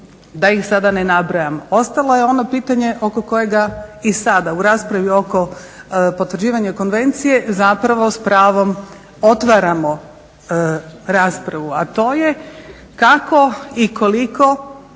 da ih sada ne nabrajam. Ostalo je ono pitanje oko kojega i sada u raspravi oko potvrđivanja konvencije zapravo s pravom otvaramo raspravu, a to je kako i koliko